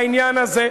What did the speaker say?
בעניין הזה.